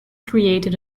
created